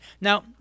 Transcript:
Now